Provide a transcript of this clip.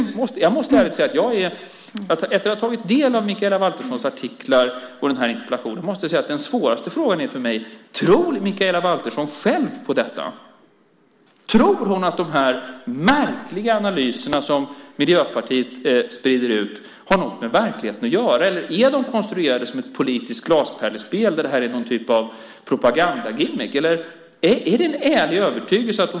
Efter att ha tagit del av Mikaela Valterssons artiklar och den här interpellationen måste jag säga att den svåraste frågan för mig är: Tror Mikaela Valtersson själv på detta? Tror hon att de här märkliga analyserna som Miljöpartiet sprider ut har något med verkligheten att göra? Eller är de konstruerade som ett politiskt glaspärlespel där detta är någon typ av propagandagimmick? Är det en ärlig övertygelse?